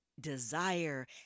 desire